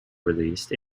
released